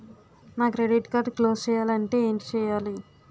నా credit card close చేయాలంటే ఏంటి చేయాలి?